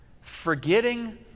forgetting